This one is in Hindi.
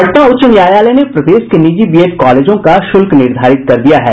पटना उच्च न्यायालय ने प्रदेश के निजी बीएड कॉलेजों का शुल्क निर्धारित कर दिया है